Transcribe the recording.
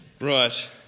right